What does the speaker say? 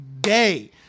day